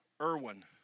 Irwin